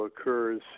occurs